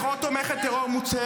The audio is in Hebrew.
--- גם הלוחמים שלנו